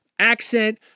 Accent